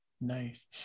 Nice